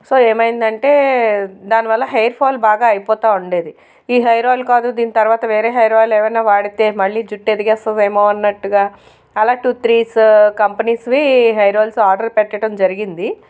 so ఏమైంది అంటే దాని వల్ల హెయిర్ ఫాల్ బాగా అయిపోతు ఉండేది ఈ హెయిర్ ఆయిల్ కాదు దీని తర్వాత వేరే హెయిర్ ఆయిల్ ఏమైనా వాడితే మళ్ళి జుట్టు ఎదిగేస్తాదేమో అన్నట్టుగా అలా టూ త్రీస్ కంపెనీస్వి హెయిర్ ఆయిల్స్ ఆర్డర్ పెట్టడం జరిగింది